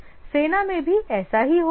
सेना के लिए भी ऐसा ही है